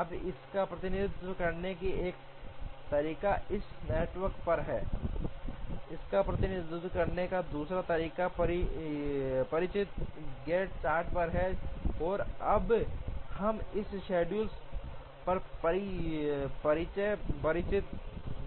अब इसका प्रतिनिधित्व करने का एक तरीका इस नेटवर्क पर है इसका प्रतिनिधित्व करने का दूसरा तरीका परिचित गैंट चार्ट पर है और अब हम इस शेड्यूल का परिचय परिचित